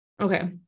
Okay